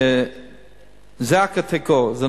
שזה הקטיגור.